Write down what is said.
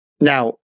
Now